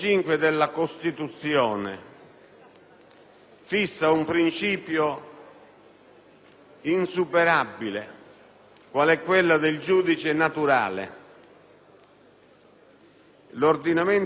fissa un principio insuperabile qual è quello del giudice naturale. L'ordinamento penitenziario,